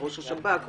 ראש השב"כ,